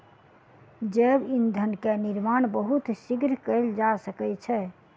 जैव ईंधन के निर्माण बहुत शीघ्र कएल जा सकै छै